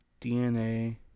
DNA